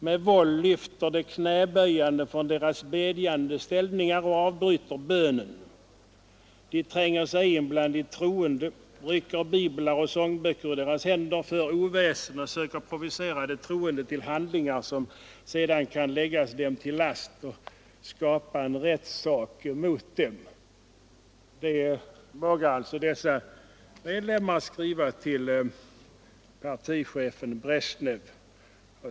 Med våld lyfter de Knäböjande från deras bedjande ställning och avbryter bönen. De tränger sig in bland de troende, rycker biblar och andliga sångböcker ur deras händer, för oväsen och söker provocera de troende till handlingar som sedan kan läggas dem till last och skapa en rättssak mot dem. — Det vågar alltså dessa medlemmar skriva till partichefen Brezjnev.